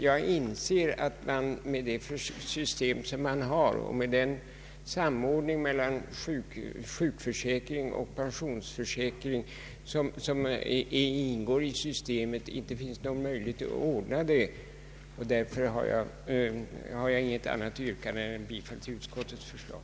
Jag inser emellertid att det enligt nuvarande system, med dess samordning av sjukförsäkring och pensionsförsäkring, inte finns någon möjlighet att ordna detta. Därför har jag inget annat yrkande än om bifall till utskottets förslag.